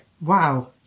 Wow